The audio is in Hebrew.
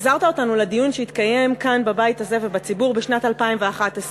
החזרת אותנו לדיון שהתקיים כאן בבית הזה ובציבור בשנת 2011,